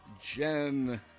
Jen